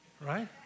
Right